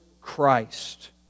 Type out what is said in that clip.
Christ